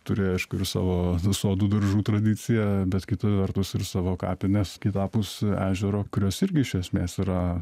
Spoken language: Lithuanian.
turi aišku ir savo sodų daržų tradiciją bet kita vertus ir savo kapines kitapus ežero kurios irgi iš esmės yra